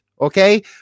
Okay